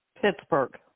Pittsburgh